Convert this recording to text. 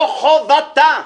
זו חובתה.